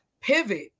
pivot